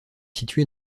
situé